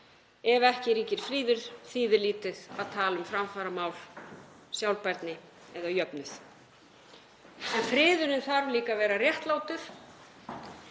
Ef ekki ríkir friður þýðir lítið að tala um framfaramál, sjálfbærni eða jöfnuð. En friðurinn þarf líka að vera réttlátur.